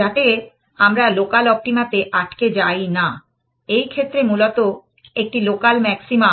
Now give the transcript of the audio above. যাতে আমরা local optima তে আটকে যাই না এই ক্ষেত্রে মূলত একটি লোকাল ম্যাক্সিমা